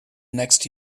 next